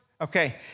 Okay